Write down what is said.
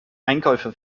einkäufe